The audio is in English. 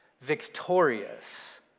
victorious